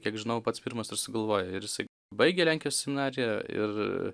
kiek žinau pats pirmas ir sugalvojo ir jisai baigė lenkijos seminariją ir